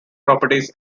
properties